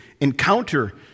encounter